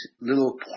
little